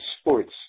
sports